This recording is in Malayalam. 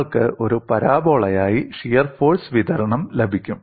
നിങ്ങൾക്ക് ഒരു പരാബോളയായി ഷിയർ ഫോഴ്സ് വിതരണം ലഭിക്കും